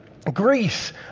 Greece